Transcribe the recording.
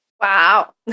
Wow